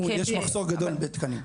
יש מחסור גדול בתקנים.